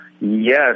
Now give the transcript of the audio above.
Yes